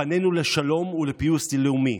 פנינו לשלום ולפיוס לאומי,